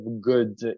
good